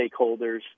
stakeholders